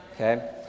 okay